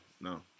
no